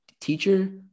teacher